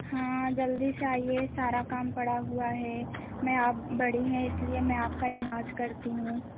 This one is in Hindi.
हाँ जल्दी से आइए सारा काम पड़ा हुआ है मैं आप बड़ी हैं इसलिए मैं आपका लिहाज़ करती हूँ